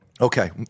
Okay